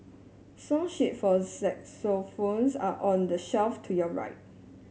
song sheets for are on the shelf to your right